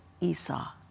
Esau